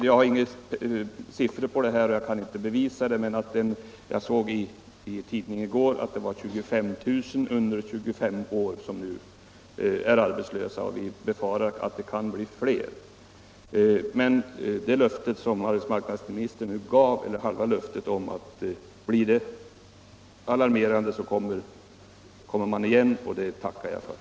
Jag har inga siffror till hands och kan därför inte bevisa det, men jag läste i gårdagens tidningar att 25 000 ungdomar under 25 år nu är arbetslösa och att man kan befara att det blir fler. Därför tackar jag för det halva löfte som arbetsmarknadsministern nu gav, att man skall komma igen om läget blir alarmerande.